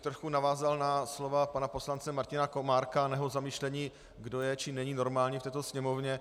Trošku bych navázal na slova pana poslance Martina Komárka a na jeho zamyšlení, kdo je či není normální v této Sněmovně.